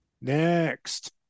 Next